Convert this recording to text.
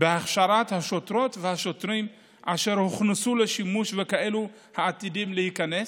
בהכשרת השוטרות והשוטרים אשר הוכנסו לשימוש וכאלה העתידיים להיכנס,